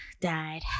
died